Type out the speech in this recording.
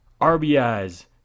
RBIs